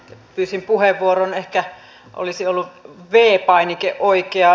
pyysin puheenvuoron ehkä v painike olisi ollut oikea